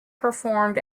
performed